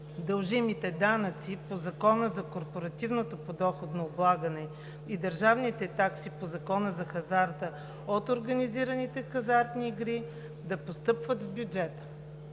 Дължимите данъци по Закона за корпоративното подоходно облагане и държавните такси по Закона за хазарта от организираните хазартни игри да постъпват в бюджета.